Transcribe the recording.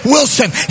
Wilson